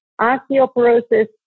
osteoporosis